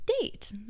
date